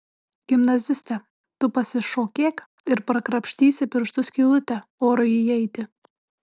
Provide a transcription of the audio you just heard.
gimnaziste tu pasišokėk ir prakrapštysi pirštu skylutę orui įeiti